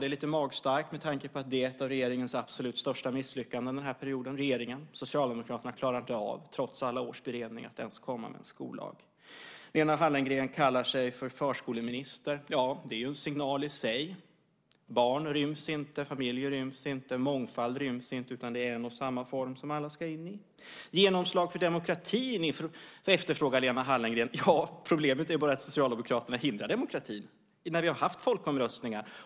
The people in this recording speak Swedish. Det är lite magstarkt med tanke på att det är ett av regeringens absolut största misslyckanden under den här mandatperioden. Regeringen, Socialdemokraterna, klarar inte av att trots alla års beredning komma med en skollag. Lena Hallengren kallar sig förskoleminister. Ja, det är ju en signal i sig. Barn ryms inte, familjer ryms inte, mångfald ryms inte, utan alla ska in i en och samma form. Lena Hallengren efterfrågar genomslag för demokratin. Problemet är bara att Socialdemokraterna har hindrat demokratin när vi haft folkomröstningar.